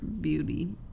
beauty